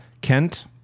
Kent